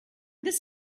this